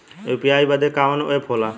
UPI बदे कवन app होला?